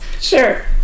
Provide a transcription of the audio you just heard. Sure